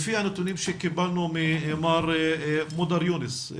לפי הנתונים שקיבלנו ממר מודר יונס,